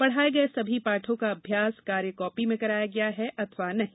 पढाये गये सभी पाठों का अभ्यास कार्य कापी में कराया गया है अथवा नही